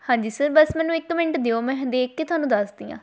ਹਾਂਜੀ ਸਰ ਬਸ ਮੈਨੂੰ ਇੱਕ ਮਿੰਟ ਦਿਓ ਮੈਂ ਦੇਖ ਕੇ ਤੁਹਾਨੂੰ ਦੱਸਦੀ ਹਾਂ